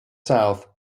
south